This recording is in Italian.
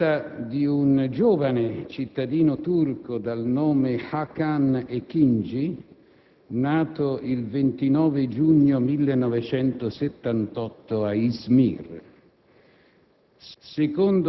Si tratta di un giovane cittadino turco dal nome Hakan Ekinci, nato il 29 giugno 1978 ad Izmir.